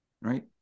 right